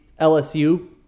LSU